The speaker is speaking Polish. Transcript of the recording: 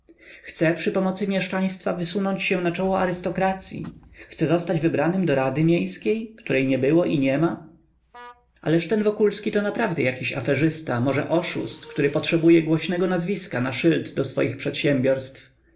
chce przy pomocy mieszczaństwa wysunąć się na czoło arystokracyi chce zostać wybranym do rady miejskiej której nie było i nie ma ależ ten wokulski to naprawdę jakiś aferzysta może oszust który potrzebuje głośnego nazwiska na szyld do swoich przedsiębierstw